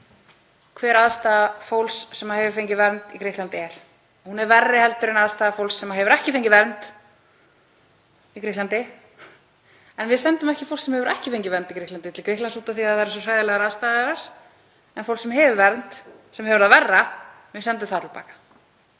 hver aðstaða fólks sem fengið hefur vernd í Grikklandi er. Hún er verri en aðstæður fólks sem ekki hefur fengið vernd í Grikklandi. En við sendum ekki fólk sem hefur ekki fengið vernd í Grikklandi til Grikklands út af því að það eru svo hræðilegar aðstæður þar. En fólk sem hefur vernd, sem hefur það verra, sendum við til baka.